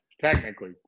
technically